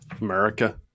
america